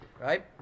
right